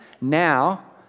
now